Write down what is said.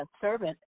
servant